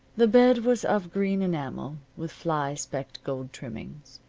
the bed was of green enamel, with fly-specked gold trimmings.